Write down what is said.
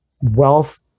Wealth